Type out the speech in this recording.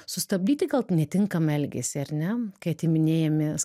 sustabdyti netinkamą elgesį ar ne kai atiminėjami